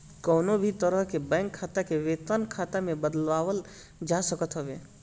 कवनो भी तरह के बैंक खाता के वेतन खाता में बदलवावल जा सकत हवे